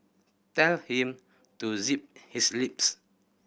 tell him to zip his lips